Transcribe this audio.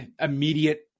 immediate